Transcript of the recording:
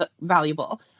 valuable